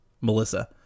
Melissa